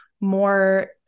more